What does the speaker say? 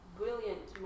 brilliant